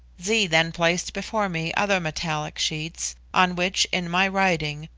zee then placed before me other metallic sheets, on which, in my writing,